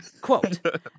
quote